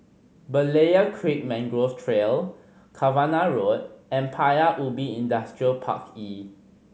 Berlayer Creek Mangrove Trail Cavenagh Road and Paya Ubi Industrial Park E